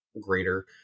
greater